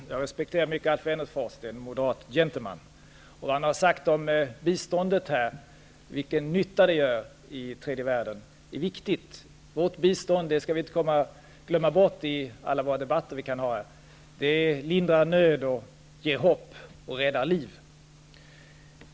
Fru talman! Jag respekterar mycket Alf Wennerfors, han är en moderat gentleman. Vad han har sagt här om biståndet, vilken nytta det gör i tredje världen, är viktigt. I alla debatter vi kan ha här skall vi inte glömma bort att vårt bistånd lindrar nöd, ger hopp och räddar liv.